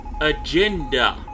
agenda